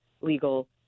legal